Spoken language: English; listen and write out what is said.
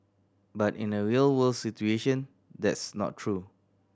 but in a real world situation that's not true